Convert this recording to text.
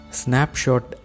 snapshot